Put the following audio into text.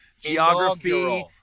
geography